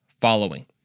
following